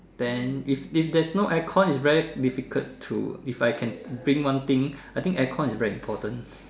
then if if there is no aircon it's very difficult to if I can bring one thing I think aircon is very important